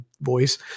voice